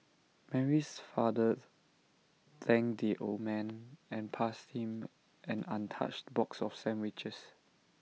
Mary's fathers thanked the old man and passed him an untouched box of sandwiches